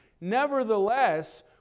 Nevertheless